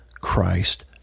Christ